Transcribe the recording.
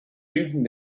winkten